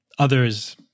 Others